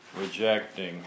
rejecting